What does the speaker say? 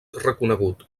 reconegut